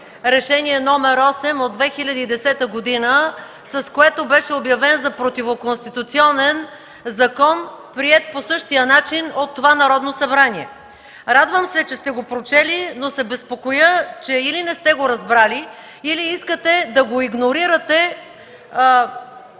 Решение № 8 от 2010 г., с което беше обявен за противоконституционен закон, приет по същия начин от това Народно събрание. Радвам се, че сте го прочели, но се безпокоя, че или не сте го разбрали, или искате да го игнорирате